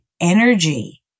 energy